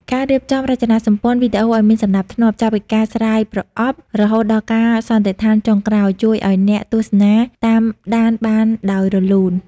ការរៀបចំរចនាសម្ព័ន្ធវីដេអូឱ្យមានសណ្តាប់ធ្នាប់ ចាប់ពីការស្រាយប្រអប់ រហូតដល់ការសន្និដ្ឋានចុងក្រោយ ជួយឱ្យអ្នកទស្សនាតាមដានបានដោយរលូន។